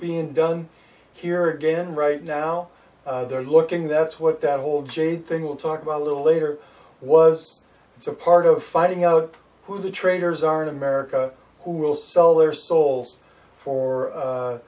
being done here again right now they're looking that's what that whole jade thing will talk about a little later was it's a part of finding out who the traitors are in america who will sell their souls for